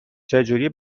چجوری